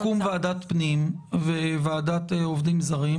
אם תקום ועדת פנים וועדת עובדים זרים,